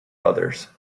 others